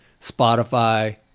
Spotify